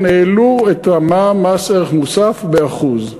כן, העלו את המע"מ, מס ערך מוסף, ב-1%.